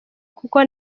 kuko